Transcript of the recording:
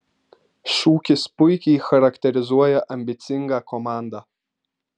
šūkis puikiai charakterizuoja ambicingą komandą